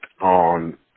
on